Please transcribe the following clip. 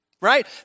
right